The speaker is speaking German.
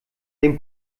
den